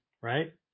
Right